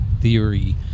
theory